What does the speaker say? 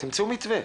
תמצאו מתווה,